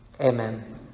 Amen